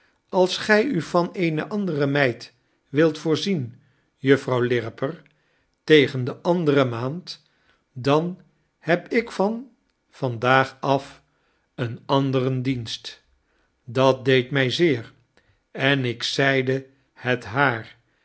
als gij u van eene andere meid wilt voorzien juffrouw lirriper tegen de andere maand dan heb ik van vandaag af een anderen dienst dat deed my zeer en ik zeide het haar